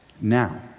Now